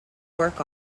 work